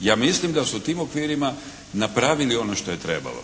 Ja mislim da su u tim okvirima napravili ono što je trebalo.